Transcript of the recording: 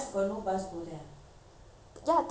ya thirty forty minutes with bus